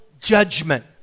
judgment